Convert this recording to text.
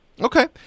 Okay